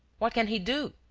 what can he do?